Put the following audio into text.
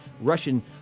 Russian